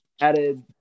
added